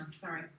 sorry